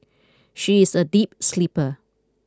she is a deep sleeper